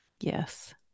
Yes